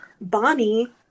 Bonnie